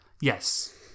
Yes